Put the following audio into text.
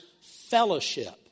fellowship